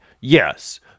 Yes